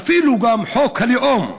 אפילו חוק הלאום,